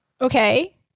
Okay